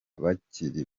bakiri